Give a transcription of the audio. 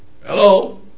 Hello